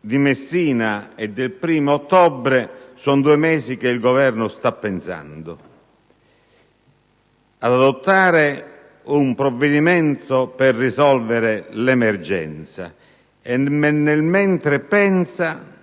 di Messina è del 1° ottobre e sono due mesi che il Governo sta pensando di adottare un provvedimento per risolvere l'emergenza. Inoltre, mentre pensa